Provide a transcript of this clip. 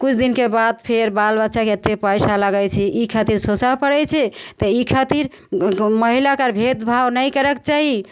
किछु दिनके बाद फेर बाल बच्चा के अते पैसा लगय छै ई खातिर सोचऽ पड़य छै तऽ ई खातिर महिलाके भेदभाव नहि करऽके चाही